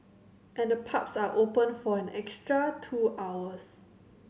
and the pubs are open for an extra two hours